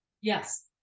Yes